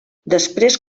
després